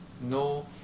no